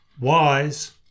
Wise